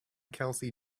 kelsey